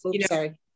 sorry